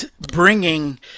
bringing